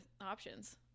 options